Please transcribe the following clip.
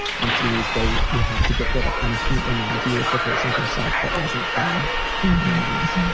once you lose weight, you have to get rid of anything that reminds you of the version of yourself that wasn't thin hands.